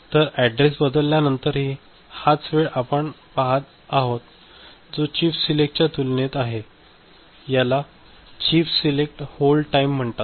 तर ऍडरेस बदलल्यानंतरही हाच वेळ आपण पाहत आहात जो चिप सिलेक्टच्या तुलनेत आहे याला चिप सिलेक्ट होल्ड टाइम म्हणतात